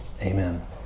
amen